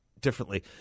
differently